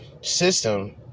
system